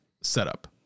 setup